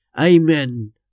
Amen